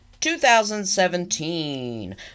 2017